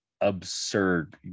absurd